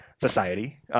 society